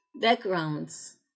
backgrounds